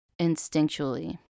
instinctually